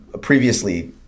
previously